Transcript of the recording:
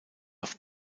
auf